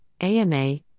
AMA